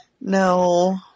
No